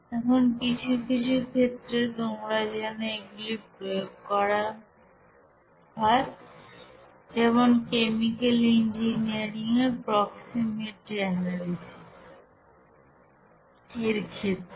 এখন কিছু কিছু ক্ষেত্রে তোমরা যেন এগুলি প্রয়োগ করা হয় যেমন কেমিক্যাল ইঞ্জিনিয়ারিং এর প্রক্সিমেট এনালাইসিস এর ক্ষেত্রে